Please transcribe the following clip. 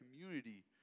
community